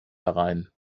herein